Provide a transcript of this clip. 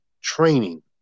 training